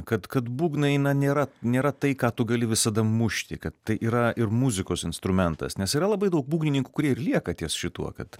kad kad būgnai na nėra nėra tai ką tu gali visada mušti kad tai yra ir muzikos instrumentas nes yra labai daug būgnininkų kurie ir lieka ties šituo kad